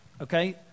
Okay